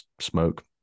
smoke